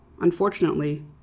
Unfortunately